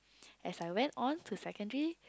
as I went on to secondary